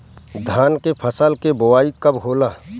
धान के फ़सल के बोआई कब होला?